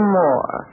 more